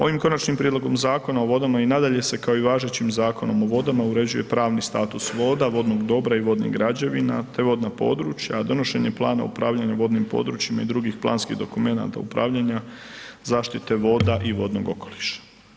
Ovim Konačnim prijedlogom Zakona o vodama i nadalje se kao i važećim Zakonom o vodama uređuje pravni status voda, vodnog dobra i vodnih građevina te vodna područja, a donošenje plana upravljanja vodnim područjima i drugih planskih dokumenata upravljanja zaštite voda i vodnog okoliša.